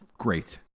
Great